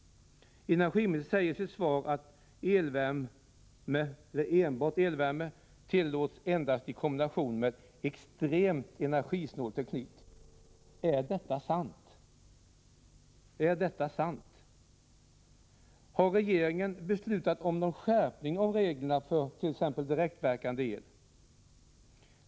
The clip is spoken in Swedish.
Energiministern säger i sitt svar att enbart elvärme tillåts endast i kombination med extremt energisnål teknik. Är detta sant? Har regeringen beslutat om skärpning av de regler som gäller för direktverkande el?